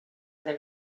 del